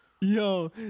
Yo